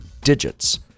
DIGITS